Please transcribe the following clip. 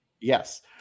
Yes